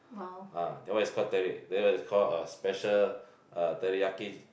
ah that one is call teri~ that one is call a special uh teriyaki